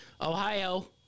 Ohio